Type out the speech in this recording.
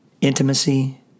intimacy